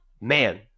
man